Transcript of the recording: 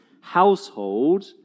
household